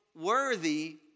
worthy